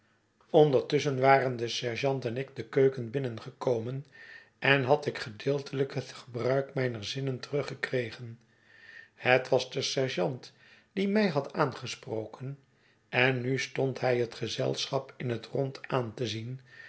ondertusschen waren de sergeant en ik de keuken binnengekomen en had ik gedeeltelijk het gebruik mijner zinnen teruggekregen het was de sergeant die mij had aangesproken en nu stond hij het gezelschap in het rond aan te zien